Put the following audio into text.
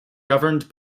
governed